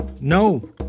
no